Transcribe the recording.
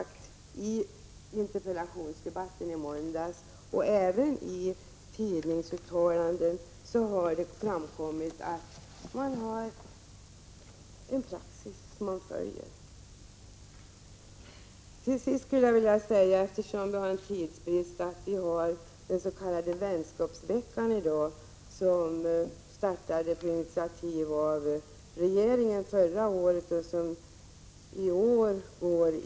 I interpellationsdebatten i måndags framkom att man har en praxis som följs, och detta har sagts även i tidningsuttalanden. Det är ju tidsbrist här i kammaren, men jag vill sist påminna om att årets s.k. vänskapsvecka har inletts. Det var regeringen som förra året tog initiativ till en vänskapsvecka.